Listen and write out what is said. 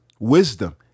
Wisdom